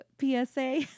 PSA